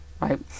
right